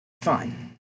Fine